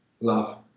love